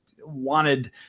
wanted